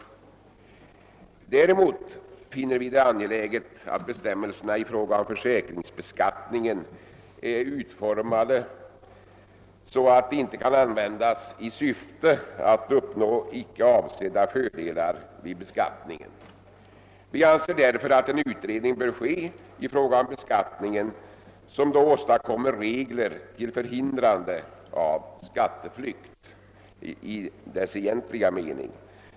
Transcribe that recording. Däremot finner vi det angeläget att bestämmelserna i fråga om försäkringsbeskattningen är så utformade att de inte kan användas i syfte att uppnå icke avsedda fördelar vid beskattningen. Vi anser därför, att en utredning bör ske i fråga om beskattningen i syfte att åstadkomma regler till förhindrande av skatteflykt i ordets egentliga mening.